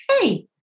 hey